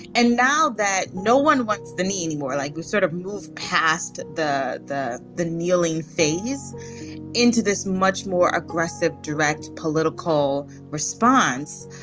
and now that no one wants the knee anymore, like, you sort of move past the. the the kneeling phase into this much more aggressive, direct political response.